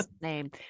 name